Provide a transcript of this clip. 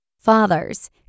Fathers